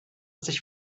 sich